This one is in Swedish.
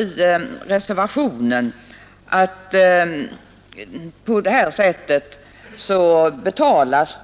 I reservationen framhålles att det på detta sätt betalas